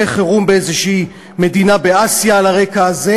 חירום באיזושהי מדינה באסיה על הרקע הזה,